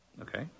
Okay